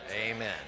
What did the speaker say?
Amen